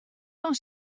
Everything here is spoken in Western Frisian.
fan